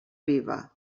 viva